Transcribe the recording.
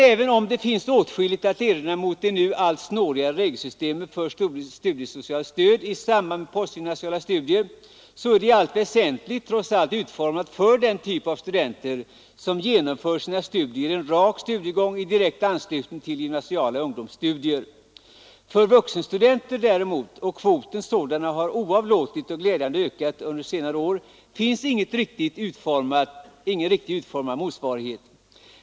Även om det finns åtskilligt att erinra mot det nu allt snårigare regelsystemet för studiesocialt stöd i samband med postgymnasiala studier, är det ändå i allt väsentligt utformat för den typ av studenter som genomför sina studier i en rak studiegång i direkt anslutning till gymnasiala ungdomsstudier. För vuxenstudenter — och kvoten sådana har oavlåtligt och glädjande ökat under senare år — finns däremot ingen riktigt utformad motsvarighet.